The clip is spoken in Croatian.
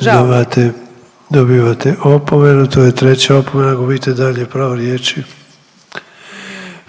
Dobivate, dobivate opomenu to je treća opomena gubite dalje pravo riječi.